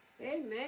Amen